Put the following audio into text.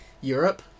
Europe